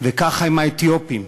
וככה עם האתיופים.